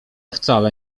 wcale